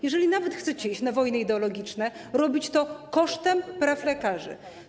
Jeżeli nawet chcecie iść na wojny ideologiczne, robicie to kosztem praw lekarzy.